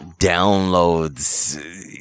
downloads